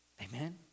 Amen